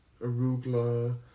arugula